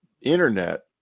Internet